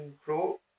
Pro